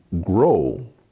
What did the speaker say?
grow